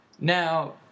Now